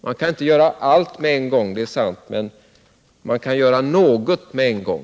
Man kan inte göra allt med en gång, det är sant, men man kan göra något med en gång.